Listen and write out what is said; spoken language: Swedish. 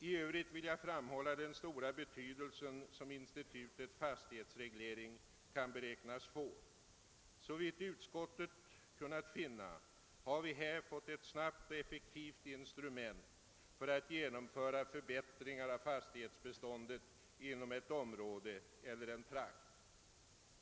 I övrigt vill jag framhålla den stora betydelse som institutet fastighetsreglering kan beräknas få. Såvitt utskottet kunnat finna har vi här fått ett snabbt och effektivt instrument för att genomföra förbättringar i fastighetsbeståndet inom ett område eller en trakt.